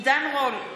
עידן רול,